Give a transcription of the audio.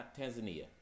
Tanzania